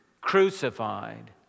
crucified